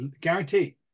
guarantee